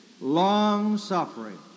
long-suffering